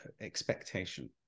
expectation